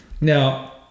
Now